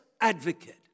advocate